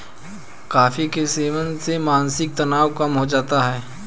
coffee के सेवन से मानसिक तनाव कम हो जाता है